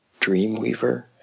Dreamweaver